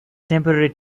temporary